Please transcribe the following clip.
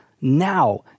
now